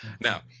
Now